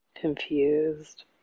confused